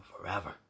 forever